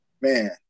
Man